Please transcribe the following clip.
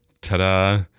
ta-da